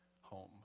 home